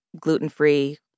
gluten-free